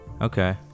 Okay